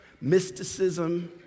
mysticism